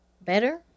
better